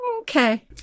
Okay